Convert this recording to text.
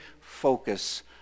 focus